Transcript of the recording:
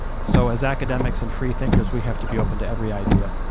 so as academics and free thinkers, we have to be open to every idea,